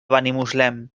benimuslem